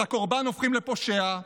את הקורבן הופכים לפושע,